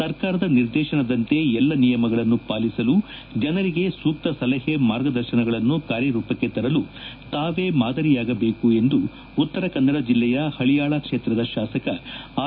ಸರಕಾರದ ನಿರ್ದೇಶನದಂತೆ ಎಲ್ಲ ನಿಯಮಗಳನ್ನು ಪಾಲಿಸಲು ಜನರಿಗೆ ಸೂಕ್ತ ಸಲಹೆ ಮಾರ್ಗದರ್ಶನಗಳನ್ನು ಕಾರ್ಯರೂಪಕ್ಕೆ ತರಲು ತಾವೇ ಮಾದರಿಯಾಗಬೇಕು ಎಂದು ಉತ್ತರಕನ್ನಡ ಜಿಲ್ಲೆಯ ಹಳಿಯಾಳ ಕ್ಷೇತ್ರದ ಶಾಸಕ ಆರ್